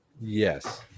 yes